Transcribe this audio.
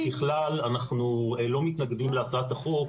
ככלל אנחנו לא מתנגדים להצעת החוק,